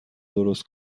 درست